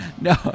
No